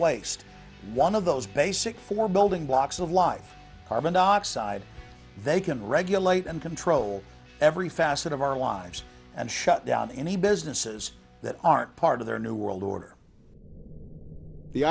waste one of those basic for building blocks of life carbon dioxide they can regulate and control every facet of our lives and shut down any businesses that aren't part of their new world order the